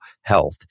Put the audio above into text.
health